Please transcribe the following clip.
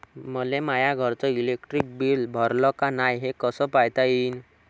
मले माया घरचं इलेक्ट्रिक बिल भरलं का नाय, हे कस पायता येईन?